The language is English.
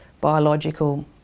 biological